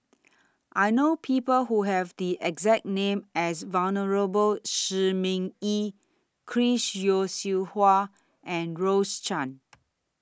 I know People Who Have The exact name as Venerable Shi Ming Yi Chris Yeo Siew Hua and Rose Chan